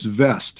vest